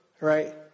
right